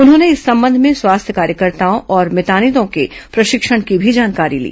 उन्होंने इस संबंध में स्वास्थ्य कार्यकर्ताओं और मितानिनों के प्रशिक्षण की भी जानकारी ली